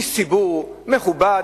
איש ציבור מכובד,